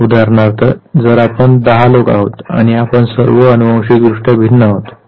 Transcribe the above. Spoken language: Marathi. तर उदाहरणार्थ जर आपण 10 लोक आहोत आणि आपण सर्व अनुवांशिकदृष्ट्या भिन्न आहोत